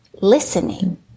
listening